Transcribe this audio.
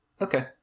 Okay